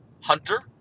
Hunter